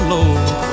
Lord